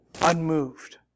unmoved